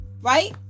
right